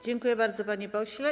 Dziękuję bardzo, panie pośle.